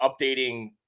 updating